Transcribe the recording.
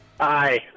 Hi